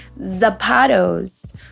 zapatos